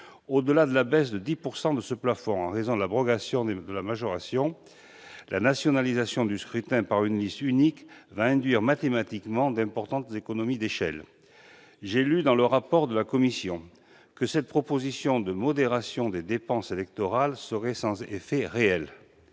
Au-delà de la baisse de 10 % de ce plafond en raison de l'abrogation de la majoration, la nationalisation du scrutin par une liste unique va induire mathématiquement d'importantes économies d'échelle. J'ai lu, dans le rapport de la commission, que cette proposition de modération des dépenses électorales serait sans effet réel.